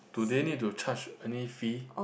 do they need to charge any fee